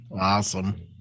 Awesome